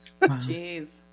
Jeez